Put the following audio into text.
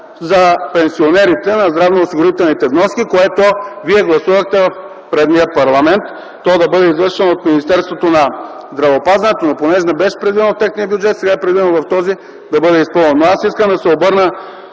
на пенсионерите за здравноосигурителните вноски. Вие гласувахте в предишния парламент това да бъде извършвано от Министерството на здравеопазването, но понеже не беше предвидено в техния бюджет, сега в този е предвидено да бъде изпълнено. Искам да се обърна